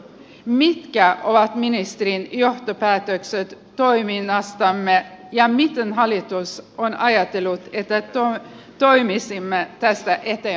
mitkä ovat ministerin johtopäätökset toiminnastamme ja miten hallitus on ajatellut että toimisimme tästä eteenpäin